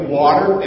water